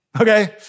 Okay